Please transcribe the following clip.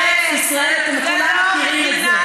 אתם כולם מכירים את זה.